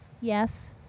Yes